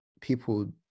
people